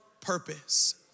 purpose